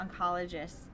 oncologists